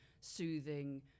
soothing